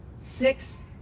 six